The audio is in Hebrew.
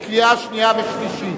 לקריאה שנייה ושלישית.